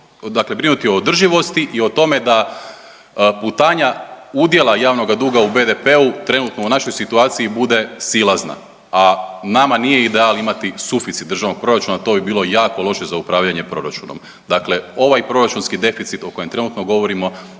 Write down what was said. dakle brinuti o održivosti i o tome da putanja udjela javnoga duga u BDP-u trenutno u našoj situaciji bude silazna, a nama nije ideal imati suficit državnog proračuna, to bi bilo jako loše za upravljanje proračunom, dakle ovaj proračunski deficit o kojem trenutno govorimo